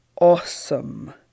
awesome